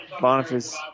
Boniface